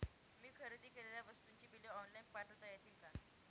मी खरेदी केलेल्या वस्तूंची बिले ऑनलाइन पाठवता येतील का?